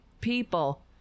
people